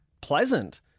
pleasant